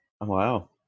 Wow